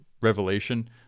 Revelation